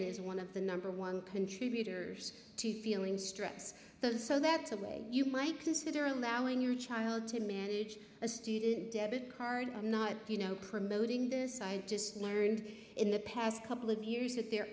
again is one of the number one contributors to feeling stress the so that's a way you might consider allowing your child to manage a student debit card i'm not you know promoting this side just learned in the past couple of years that there